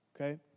Okay